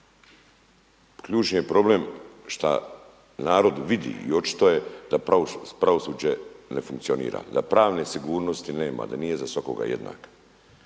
ključni je problem šta narod vidi i očito je da pravosuđe ne funkcionira, da pravne sigurnosti nema, da nije za svakoga jednaka.